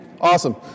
awesome